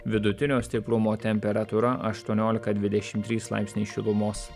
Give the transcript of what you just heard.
vidutinio stiprumo temperatūra aštuoniolika dvidešim trys laipsniai šilumos